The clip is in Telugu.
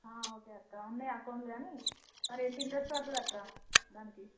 ఓకే అక్క ఉన్నాయి అకౌంట్లో కాని మరెంత ఇంట్రెస్ట్ పడుతుందక్క దానికి